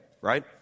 right